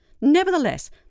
nevertheless